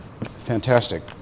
fantastic